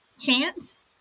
chance